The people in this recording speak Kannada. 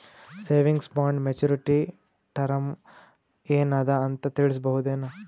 ಸೇವಿಂಗ್ಸ್ ಬಾಂಡ ಮೆಚ್ಯೂರಿಟಿ ಟರಮ ಏನ ಅದ ಅಂತ ತಿಳಸಬಹುದೇನು?